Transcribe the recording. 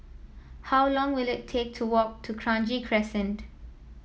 how long will it take to walk to Kranji Crescent